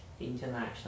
International